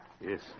Yes